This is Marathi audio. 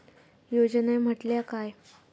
योजना म्हटल्या काय?